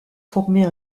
former